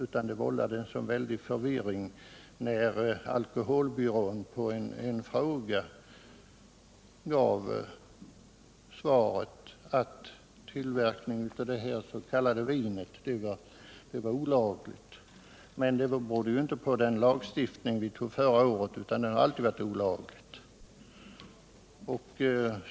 Därför vållade det stor förvirring när alkoholbyrån på en fråga gav svaret att tillverkning av det här s.k. vinet var olagligt. Men det beror ju inte på den lagstiftning vi fattade beslut om förra året, utan det har alltid varit olagligt.